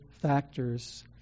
factors